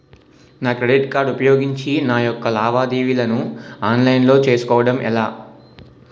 నా credit card ఉపయోగించి నా యెక్క లావాదేవీలను ఆన్లైన్ లో చేసుకోవడం ఎలా?